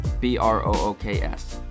b-r-o-o-k-s